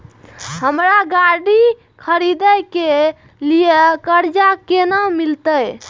हमरा गाड़ी खरदे के लिए कर्जा केना मिलते?